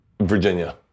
Virginia